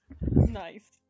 Nice